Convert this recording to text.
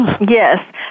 Yes